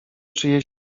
czyjeś